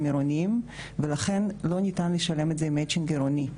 עירוניים ולכן לא ניתן לשלם את זה במצ'ינג עירוני.